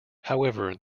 however